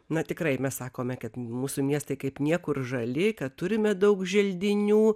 na tikrai mes sakome kad mūsų miestai kaip niekur žali kad turime daug želdinių